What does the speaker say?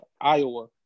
Iowa